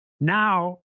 now